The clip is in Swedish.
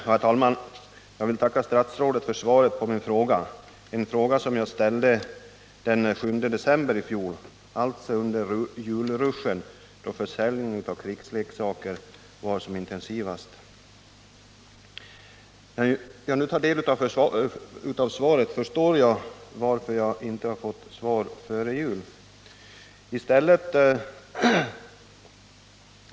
Herr talman! Jag vill tacka statsrådet för svaret på min fråga — en fråga som jag ställde den 7 december i fjol, alltså under julrushen då försäljningen av krigsleksaker var som mest intensiv. När jag nu tar del av svaret förstår jag varför jag inte fick svar före jul.